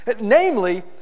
Namely